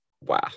wow